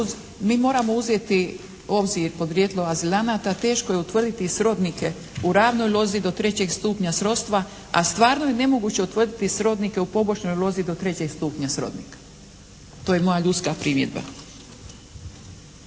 Mi moramo uzeti u obzir podrijetlo azilanata. Teško je utvrditi srodnike u ravnoj lozi do trećeg stupnja srodstva a stvarno je nemoguće utvrditi srodnike u pobočnoj lozi do trećeg stupnja srodnika. To je moja ljudska primjedba.